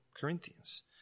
Corinthians